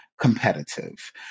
competitive